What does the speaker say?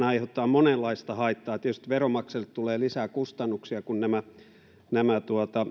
aiheuttaa monenlaista haittaa tietysti veronmaksajille tulee lisää kustannuksia kun nämä nämä